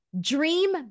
dream